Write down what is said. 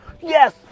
Yes